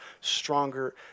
stronger